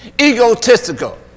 Egotistical